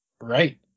right